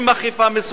עם אכיפה מסודרת,